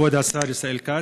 כבוד השר ישראל כץ,